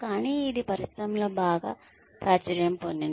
కానీ ఇది పరిశ్రమలో బాగా ప్రాచుర్యం పొందింది